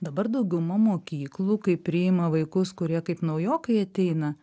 dabar dauguma mokyklų kai priima vaikus kurie kaip naujokai ateina